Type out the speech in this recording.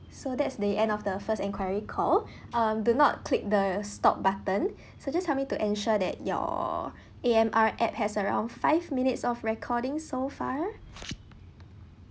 so that's the end of the first enquiry call um do not click the stop button so just help me to ensure that your A_M_R app has around five minutes of recording so far